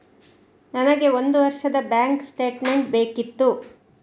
ನನಗೆ ಒಂದು ವರ್ಷದ ಬ್ಯಾಂಕ್ ಸ್ಟೇಟ್ಮೆಂಟ್ ಬೇಕಿತ್ತು